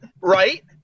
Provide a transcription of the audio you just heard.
Right